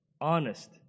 honest